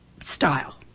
style